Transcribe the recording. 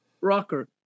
rocker